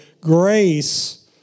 grace